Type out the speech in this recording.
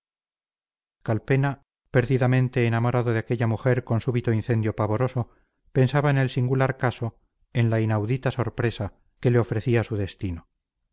calpena perdidamente enamorado de aquella mujer con súbito incendio pavoroso pensaba en el singular caso en la inaudita sorpresa que le ofrecía su destino